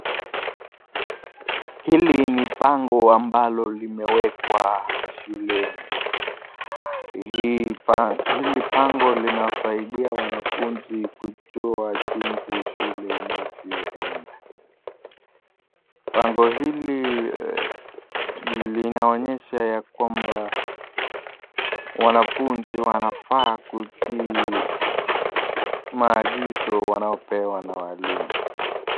Hili ni bango ambalo limewekwa shuleni, hili bango linasaidia wanafunzi kujua jinsi shule inavyoenda , bango hili linaonyesha ya kwamba wanafunzi wanafaa kutii maagizo wanaopewa na walimu.